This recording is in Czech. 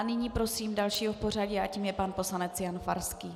Nyní prosím dalšího v pořadí a tím je pan poslanec Jan Farský.